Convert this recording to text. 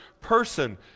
person